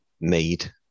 made